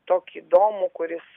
tokį įdomų kuris